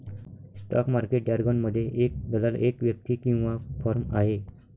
stock market जारगनमध्ये, एक दलाल एक व्यक्ती किंवा फर्म आहे